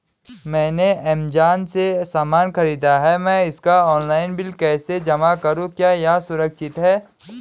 मैंने ऐमज़ान से सामान खरीदा है मैं इसका ऑनलाइन बिल कैसे जमा करूँ क्या यह सुरक्षित है?